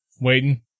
waiting